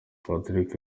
patrick